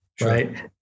Right